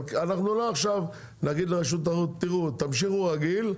אבל אנחנו לא נגיד לרשות התחרות: תמשיכו רגיל,